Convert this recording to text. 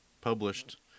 published